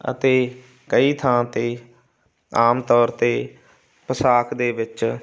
ਅਤੇ ਕਈ ਥਾਂ 'ਤੇ ਆਮ ਤੌਰ 'ਤੇ ਪੌਸ਼ਾਕ ਦੇ ਵਿੱਚ